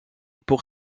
pour